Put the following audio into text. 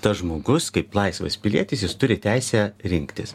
tas žmogus kaip laisvas pilietis jis turi teisę rinktis